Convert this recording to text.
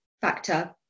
factor